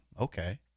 Okay